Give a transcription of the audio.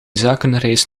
zakenreis